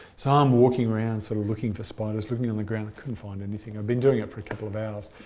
so i'm walking around sort of looking for spiders, looking on the ground, i couldn't find anything. i'd been doing it for a couple of hours,